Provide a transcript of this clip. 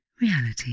reality